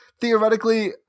theoretically